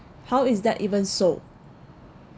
how is that even so